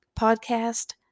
podcast